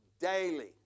Daily